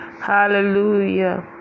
Hallelujah